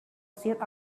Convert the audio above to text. sit